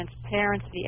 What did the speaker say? Transparency